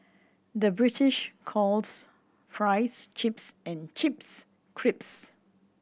the British calls fries chips and chips crisps